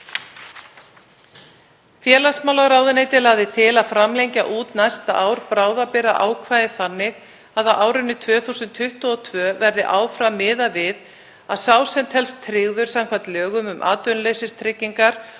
Félagsmálaráðuneytið lagði til að framlengja út næsta ár bráðabirgðaákvæði þannig að á árinu 2022 verði áfram miðað við að sá sem telst tryggður samkvæmt lögum um atvinnuleysistryggingar